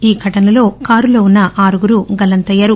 ఈ ఘటనలో కారులో ఉన్న ఆరుగురు గల్లంతయ్యారు